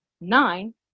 nine